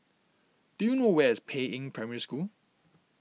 do you know where is Peiying Primary School